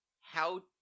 How-